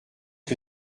que